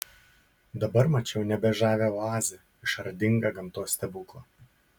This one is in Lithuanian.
dabar mačiau nebe žavią oazę išradingą gamtos stebuklą